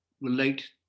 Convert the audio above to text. relate